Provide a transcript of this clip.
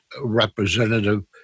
representative